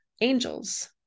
angels